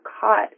caught